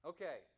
Okay